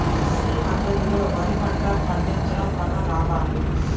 శ్రీ పద్ధతిలో వరి పంట పండించడం వలన లాభాలు?